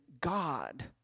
God